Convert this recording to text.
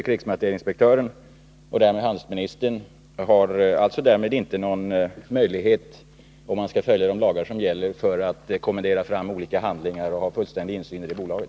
Krigsmate rielinspektören och därmed handelsministern har alltså inte någon möjlighet, om man skall följa de lagar som gäller, att kommendera fram olika handlingar och ha fullständig insyn i bolaget.